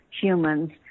humans